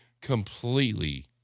completely